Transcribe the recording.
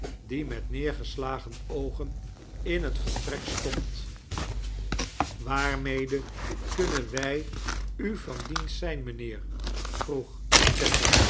die met neergeslagen ooge'n in het vertrek stond waarmede kunnen wij u van dienst zijn mijnheer vroeg